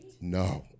no